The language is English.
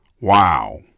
wow